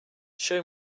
show